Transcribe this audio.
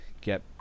get